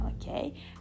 Okay